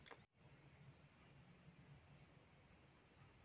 वापरलेल्या कार आणि दुचाकीसाठी महाबँक वाहन कर्ज योजना काय आहे?